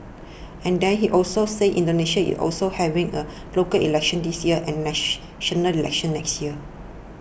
and then he also said Indonesia is also having a local elections this year and national elections next year